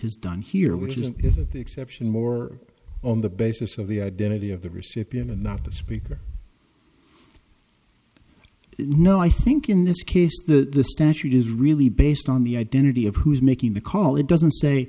has done here which is if an exception more on the basis of the identity of the recipient and not the speaker no i think in this case the statute is really based on the identity of who's making the call it doesn't say